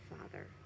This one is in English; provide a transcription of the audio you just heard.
father